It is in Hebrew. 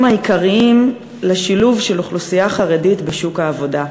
העיקריים לשילוב של אוכלוסייה חרדית בשוק העבודה,